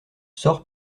sort